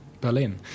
Berlin